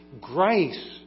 grace